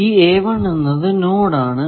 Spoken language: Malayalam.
ഈ എന്നത് നോഡ് ആണ്